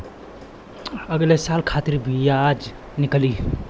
अगले साल खातिर बियाज निकली